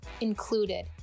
included